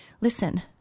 Listen